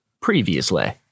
Previously